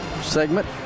segment